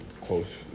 close